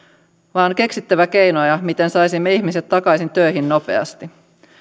vaan on keksittävä keinoja miten saisimme ihmiset takaisin töihin nopeasti